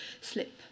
slip